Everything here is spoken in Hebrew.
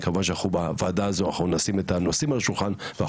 כמובן שבוועדה הזאת אנחנו נשים את הנושאים על השולחן,